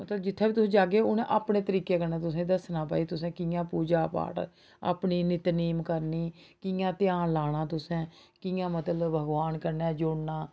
मतलब जित्थै बी तुस जाह्गे उ'नें अपने तरीके कन्नै तुसें'ई दस्सना भाई तुसें कि'यां पूजा पाठ अपनी नित निजम करनी कि'यां ध्यान लाना तुसें कि'यां मतलब भगोआन कन्नै जुड़ना